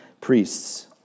priests